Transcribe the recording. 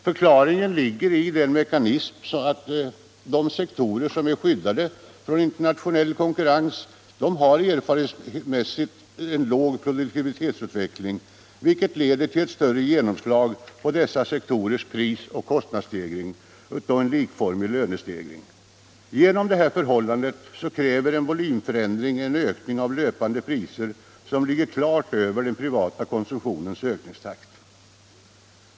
Förklaringen ligger i mekanismen att de sektorer som är skyddade från internationell konkurrens erfarenhetsmässigt har en låg produktivitetsutveckling, vilket leder till ett större genomslag på dessa sektorers prisoch kostnadsstegring vid en likformig lönestegring. Genom detta förhållande kräver en volymförändring en ökning av löpande priser som ligger klart över den privata konsumtionens ökningstakt.